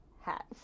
hats